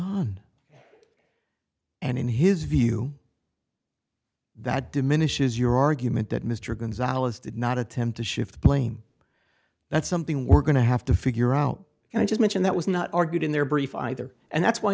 on and in his view that diminishes your argument that mr gonzales did not attempt to shift blame that's something we're going to have to figure out and i just mentioned that was not argued in their brief either and that's why